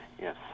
yes